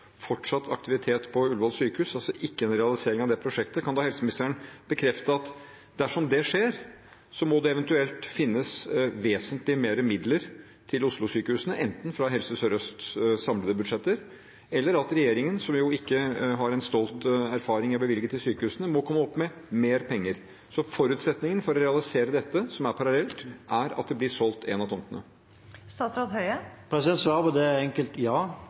fortsatt aktivitet på Ullevål sykehus – altså ikke en realisering av det prosjektet – kan da helseministeren bekrefte at dersom det skjer, må det eventuelt finnes vesentlig mer midler til Oslo-sykehusene, enten fra Helse Sør-Østs samlede budsjetter eller ved at regjeringen, som jo ikke har en stolt erfaring i å bevilge til sykehusene, må komme opp med mer penger? Så forutsetningen for å realisere dette, som er parallelt, er at en av tomtene blir solgt. Svaret på det er enkelt: Ja.